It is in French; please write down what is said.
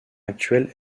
actuel